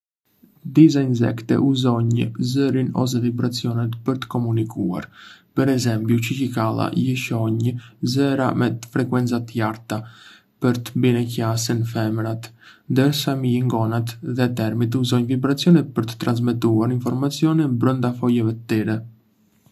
Disa insekte uzonj vuxha ose vibracionet për të komunikuar. Për ezembju, çiçikalla lëshojnë zëra me frekuencë të lartë për të bine qasen femrat, ndërsa milingonat dhe termitë uzonj vibracionet për të transmetuar informacione brënda foleve të tyre.